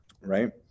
Right